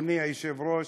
אדוני היושב-ראש.